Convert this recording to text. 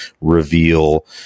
reveal